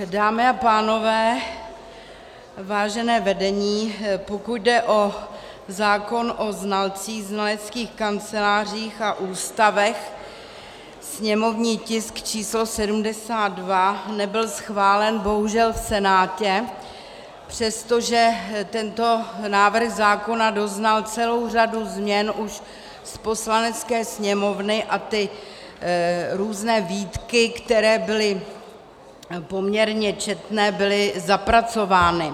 Dámy a pánové, vážené vedení, pokud jde o zákon o znalcích, znaleckých kancelářích a ústavech, sněmovní tisk číslo 72, nebyl schválen bohužel v Senátu, přestože tento návrh zákona doznal celou řadu změn už z Poslanecké sněmovny a ty různé výtky, které byly poměrně četné, byly zapracovány.